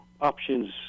options